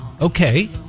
Okay